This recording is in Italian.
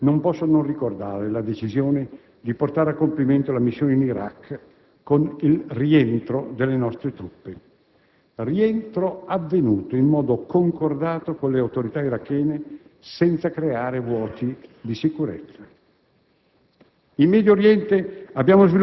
Parlando del Medio Oriente, non posso non ricordare la decisione di portare a compimento la missione in Iraq con il rientro delle nostre truppe; rientro avvenuto in modo concordato con le autorità irachene, senza creare vuoti di sicurezza.